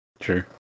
Sure